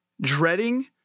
dreading